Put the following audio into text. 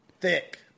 Thick